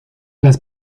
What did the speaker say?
las